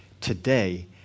today